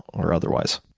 or otherwise?